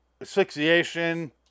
asphyxiation